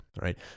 right